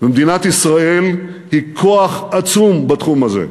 מדינת ישראל היא כוח עצום בתחום הזה.